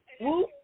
whoop